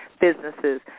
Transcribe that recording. businesses